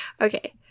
Okay